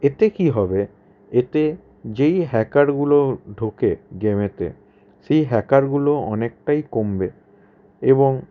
এতে কী হবে এতে যেই হ্যাকারগুলো ঢোকে গেমেতে সেই হ্যাকারগুলো অনেকটাই কমবে এবং